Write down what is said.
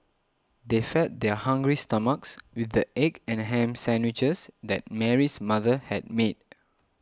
they fed their hungry stomachs with the egg and ham sandwiches that Mary's mother had made